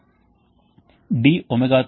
ఇవన్నీ రికపరేటర్స్